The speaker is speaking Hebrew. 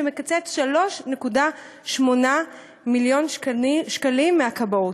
ומקצץ 3.8 מיליון שקלים מהכבאות.